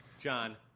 John